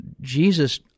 Jesus